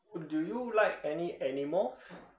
do you like any animals